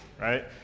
right